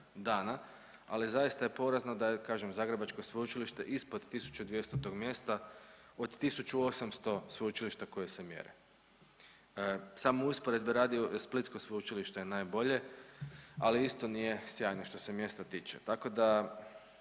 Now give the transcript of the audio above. dana, ali zaista je porazno da kažem zagrebačko Sveučilište ispod 1200 mjesta od 1800 sveučilišta koja se mjere. Samo usporedbe radi splitsko Sveučilište je najbolje, ali isto nije sjajno što se mjesta tiče tako da